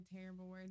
terrible